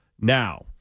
Now